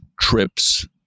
trips